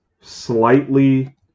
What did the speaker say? slightly